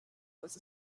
was